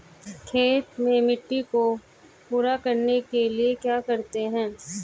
खेत में मिट्टी को पूरा करने के लिए क्या करते हैं?